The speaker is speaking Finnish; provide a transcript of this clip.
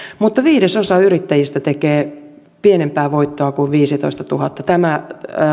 mutta viidesosa yrittäjistä tekee pienempää voittoa kuin viisitoistatuhatta tämä